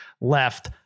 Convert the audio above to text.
left